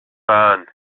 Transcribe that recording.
burn